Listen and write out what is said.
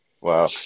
wow